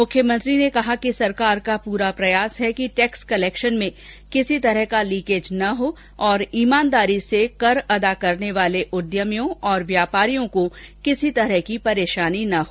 मुख्यमंत्री ने कहा कि सरकार का पूरा प्रयास है कि टैक्स कलेक्शन में किसी तरह का लीकेज ना हो और ईमानदारी से कर अदा करने वाले उद्यमियों और व्यापारियों को किसी तरह की परेशानी न हो